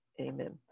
Amen